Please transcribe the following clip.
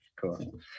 cool